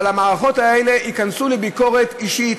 אבל המערכות האלה ייכנסו לביקורת אישית,